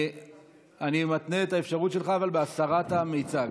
אבל אני מתנה את האפשרות שלך בהסרת המיצג.